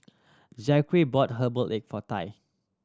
Zackery bought herbal egg for Tai